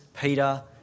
Peter